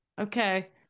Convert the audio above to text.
Okay